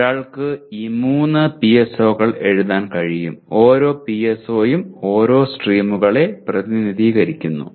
ഒരാൾക്ക് 3 PSO കൾ എഴുതാൻ കഴിയും ഓരോ PSO യും ഓരോ സ്ട്രീമുകളെ പ്രതിനിധീകരിക്കുന്നു